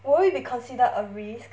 will it be considered a risk